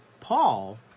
Paul